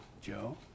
Joe